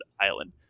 island